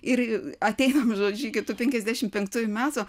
ir atėjom žodžiu iki tų penkiasdešimt penktųjų metų